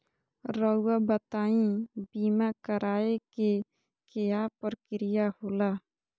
रहुआ बताइं बीमा कराए के क्या प्रक्रिया होला?